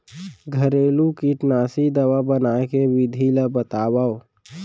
घरेलू कीटनाशी दवा बनाए के विधि ला बतावव?